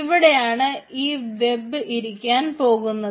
ഇവിടെയാണ് ഈ web app ഇരിക്കാൻ പോകുന്നത്